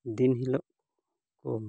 ᱫᱤᱱ ᱦᱤᱞᱳᱜ ᱠᱚ